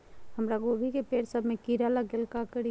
हमरा गोभी के पेड़ सब में किरा लग गेल का करी?